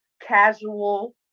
casual